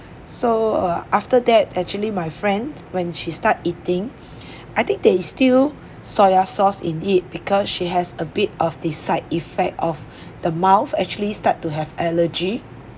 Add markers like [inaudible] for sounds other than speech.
so uh after that actually my friend when she start eating [breath] I think there is still soya sauce in it because she has a bit of the side effect of the mouth actually start to have allergy